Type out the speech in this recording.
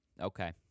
Okay